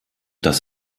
dass